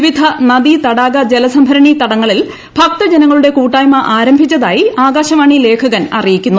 വിവിധ നദീ തടാക ജലസംഭരണി തടങ്ങളിൽ ഭക്തജനങ്ങളുടെ കൂട്ടായ്മ ആരംഭിച്ചതായി ആകാശവാണി ലേഖകൻ അറിയിക്കുന്നു